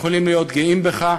יכולים להיות גאים בך.